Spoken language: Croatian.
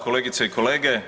Kolegice i kolege.